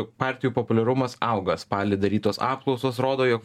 partijų populiarumas auga spalį darytos apklausos rodo jog